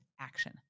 action